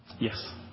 Yes